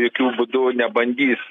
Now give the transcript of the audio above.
jokiu būdu nebandys